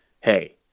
hey